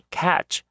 catch